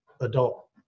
adult